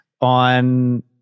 on